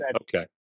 okay